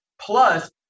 plus